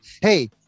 hey